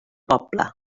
poble